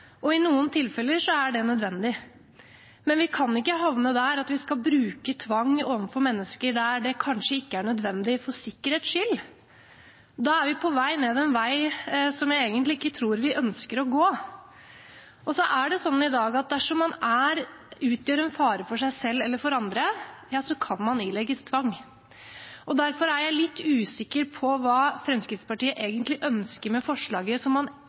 og i noen tilfeller er det nødvendig. Men vi kan ikke havne der at vi skal bruke tvang overfor mennesker der det kanskje ikke er nødvendig, for sikkerhets skyld. Da er vi på vei ned en vei som jeg egentlig ikke tror vi ønsker å gå. I dag er det slik at dersom man utgjør en fare for seg selv eller for andre, kan man ilegges tvang. Derfor er jeg litt usikker på hva Fremskrittspartiet egentlig ønsker med forslaget, som man ikke har rom for allerede i dag. Kanskje er